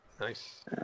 Nice